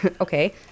okay